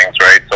right